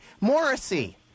Morrissey